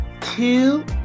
two